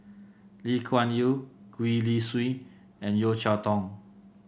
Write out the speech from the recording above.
Lee Kuan Yew Gwee Li Sui and Yeo Cheow Tong